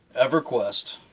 EverQuest